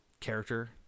character